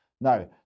Now